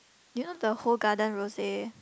you know the whole garden Rosé